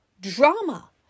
drama